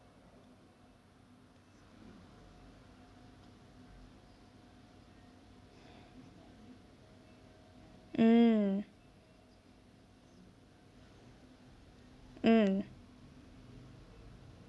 mm mm